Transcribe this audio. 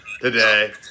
today